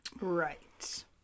Right